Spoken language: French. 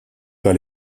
pas